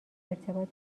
ارتباط